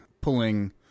pulling